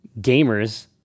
gamers